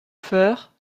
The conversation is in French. feurre